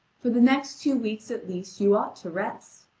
for the next two weeks at least you ought to rest.